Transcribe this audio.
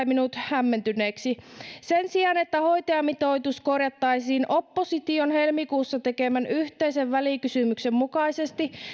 minut hämmentyneeksi sen sijaan että hoitajamitoitus korjattaisiin opposition helmikuussa tekemän yhteisen välikysymyksen mukaisesti